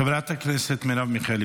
חברת הכנסת מרב מיכאלי,